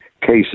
cases